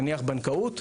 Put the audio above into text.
נניח בנקאות,